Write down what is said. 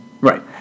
Right